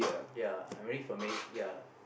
ya I'm ready for marriage ya